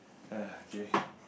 uh okay